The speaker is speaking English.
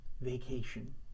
vacation